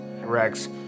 Rex